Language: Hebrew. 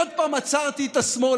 עוד פעם "עצרתי את השמאל".